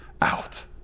out